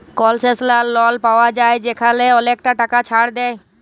কলসেশলাল লল পাউয়া যায় যেখালে অলেকটা টাকা ছাড় দেয়